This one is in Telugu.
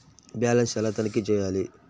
బ్యాలెన్స్ ఎలా తనిఖీ చేయాలి?